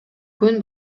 күн